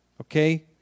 Okay